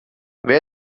wer